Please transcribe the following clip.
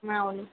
అవును